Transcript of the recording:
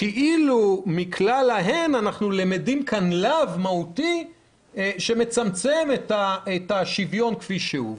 כאילו מכלל ההן אנחנו למדים כאן לאו מהותי שמצמצם את השוויון כפי שהוא.